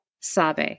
Sabe